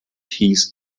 hieß